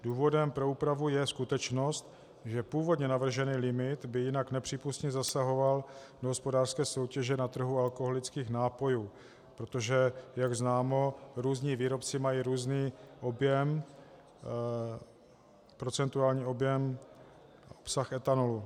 Důvodem pro úpravu je skutečnost, že původně navržený limit by jinak nepřípustně zasahoval do hospodářské soutěže na trhu alkoholických nápojů, protože jak známo, různí výrobci mají různý procentuální objem obsah etanolu.